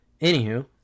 Anywho